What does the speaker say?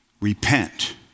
Repent